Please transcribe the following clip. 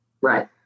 right